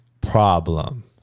problem